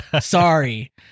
sorry